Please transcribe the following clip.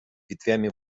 ветвями